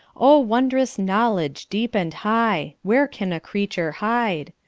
oh, wondrous knowledge, deep and high! where can a creature hide!